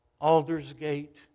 Aldersgate